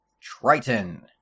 Triton